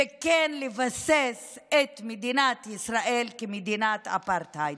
וכן, לבסס את מדינת ישראל כמדינת אפרטהייד.